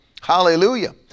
Hallelujah